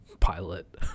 pilot